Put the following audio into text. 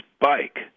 bike